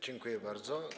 Dziękuję bardzo.